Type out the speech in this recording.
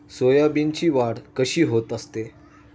सोयाबीनची वाढ कशी होत असते?